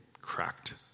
cracked